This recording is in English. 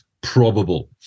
probable